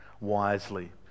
wisely